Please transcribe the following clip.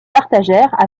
partagèrent